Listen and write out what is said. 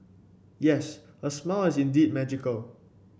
yes her smile is indeed magical